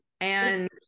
And-